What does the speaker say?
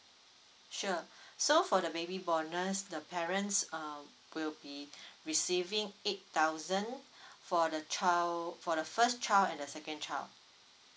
sure so for the baby bonus the parents uh will be receiving eight thousand for the child for the first child and the second child